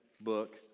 book